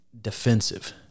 defensive